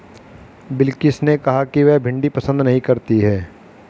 बिलकिश ने कहा कि वह भिंडी पसंद नही करती है